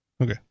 Okay